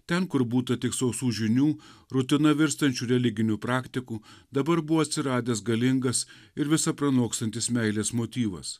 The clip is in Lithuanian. ten kur būta tik sausų žinių rutina virstančių religinių praktikų dabar buvo atsiradęs galingas ir visa pranokstantis meilės motyvas